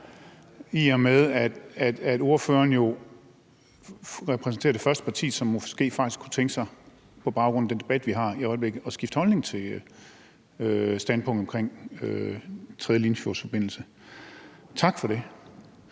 i og med at ordføreren jo repræsenterer det første parti, som måske faktisk kunne tænke sig på baggrund af den debat, vi har i øjeblikket, at skifte holdning til standpunktet om en tredje Limfjordsforbindelse. Tak for det.